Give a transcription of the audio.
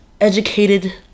educated